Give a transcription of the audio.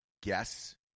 guess